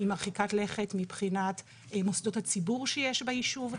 היא מרחיקת לכת מבחינת מוסדות הציבור שיש ביישוב.